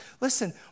Listen